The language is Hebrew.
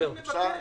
אני מבקש